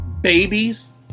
Babies